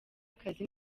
akazi